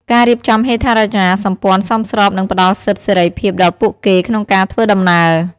ការរៀបចំហេដ្ឋារចនាសម្ព័ន្ធសមស្របនឹងផ្តល់សិទ្ធិសេរីភាពដល់ពួកគេក្នុងការធ្វើដំណើរ។